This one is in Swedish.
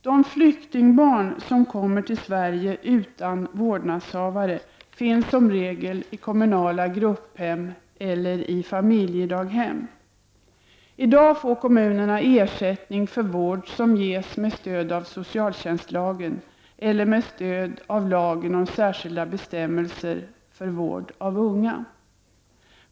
De flyktingbarn som kommer till Sverige utan vårdnadshavare finns som regel i kommunala grupphem eller i familjehem. I dag får kommunerna ersättning för vård som ges med stöd av socialtjänstlagen eller med stöd av lagen om särskilda bestämmelser för vård av unga.